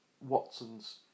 Watson's